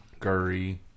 Guri